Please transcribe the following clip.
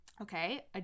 Okay